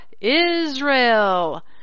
Israel